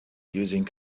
using